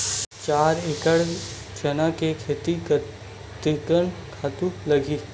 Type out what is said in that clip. चार एकड़ चना के खेती कतेकन खातु लगही?